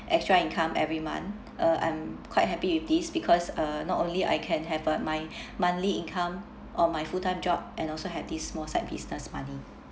extra income every month uh I'm quite happy with this because uh not only I can have a my monthly income or my full-time job and also have this small side business money